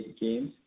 games